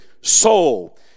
soul